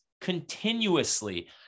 continuously